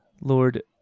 Lord